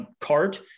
cart